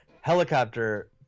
Helicopter